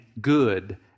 good